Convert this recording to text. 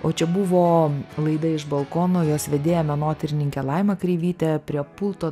o čia buvo laida iš balkono jos vedėja menotyrininkė laima kreivytė prie pulto